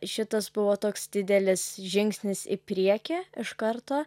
šitas buvo toks didelis žingsnis į priekį iš karto